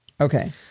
Okay